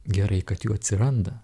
gerai kad jų atsiranda